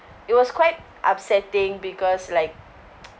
it was quite upsetting because like